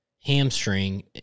hamstring